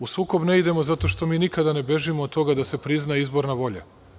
U sukob ne idemo zato što mi nikada ne bežimo od toga da se prizna izborna volja.